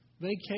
vacation